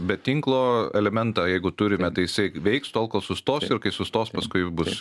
be tinklo elementą jeigu turime tai jisai veiks tol kol sustos ir kai sustos paskui bus